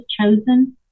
chosen